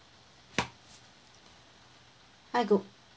hi go~